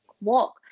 walk